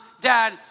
dad